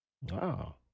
Wow